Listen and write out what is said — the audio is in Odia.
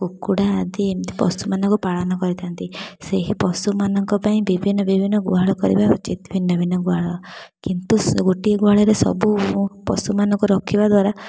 କୁକୁଡ଼ା ଆଦି ଏମିତି ପଶୁମାନଙ୍କୁ ପାଳନ କରିଥାନ୍ତି ସେହି ପଶୁମାନଙ୍କ ପାଇଁ ବିଭିନ୍ନ ବିଭିନ୍ନ ଗୁହାଳ କରିବା ଉଚିତ୍ ଭିନ୍ନ ଭିନ୍ନ ଗୁହାଳ କିନ୍ତୁ ଗୋଟିଏ ଗୁହାଳରେ ସବୁ ପଶୁମାନଙ୍କୁ ରଖିବା ଦ୍ୱାରା